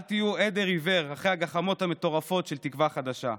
אל תהיו עדר עיוור אחרי הגחמות המטורפות של תקווה חדשה.